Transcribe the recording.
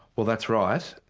well that's right.